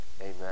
Amen